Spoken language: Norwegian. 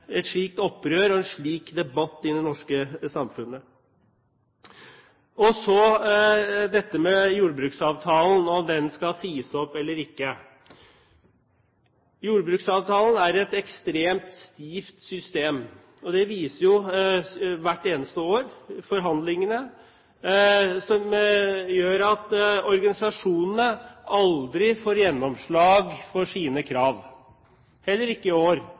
et slikt opprør og en slik debatt i det norske samfunnet. Så til jordbruksavtalen, om den skal sies opp eller ikke. Jordbruksavtalen er et ekstremt stivt system – det viser hvert eneste år forhandlingene – som gjør at organisasjonene aldri får gjennomslag for sine krav. Heller ikke i år